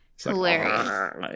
Hilarious